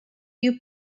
you